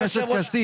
חבר הכנסת כסיף,